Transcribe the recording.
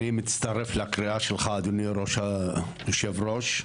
אני מצטרף לקריאה שלך אדוני יושב הראש,